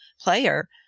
player